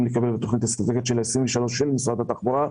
לקבל בתכנית של 2023 של משרד התחבורה,